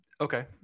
Okay